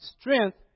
strength